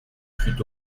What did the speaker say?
fut